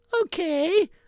Okay